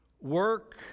work